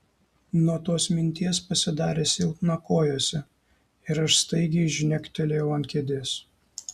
nuo tos minties pasidarė silpna kojose ir aš staigiai žnektelėjau ant kėdės